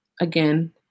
again